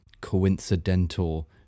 coincidental